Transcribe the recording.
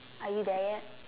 are you there yet